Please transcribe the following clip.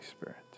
Spirit